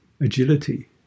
agility